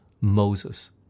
Moses